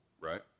right